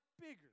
bigger